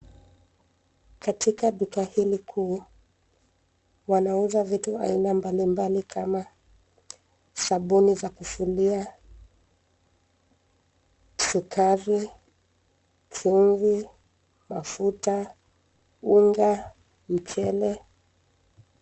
Katika duka hili kuu wanauza vitu aina mbalimbali kama sabuni za kufulia, sukari, chumvi, mafuta, unga, mchele.